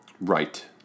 Right